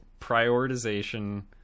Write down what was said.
prioritization